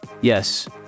Yes